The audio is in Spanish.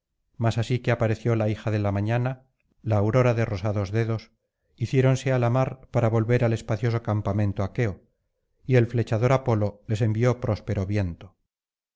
mas así que apareció la hija de la mañana la aurora de rosados dedos hiciéronse á la mar para volver al espacioso campamento aqueo y el flechador apolo les envió próspero viento